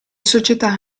società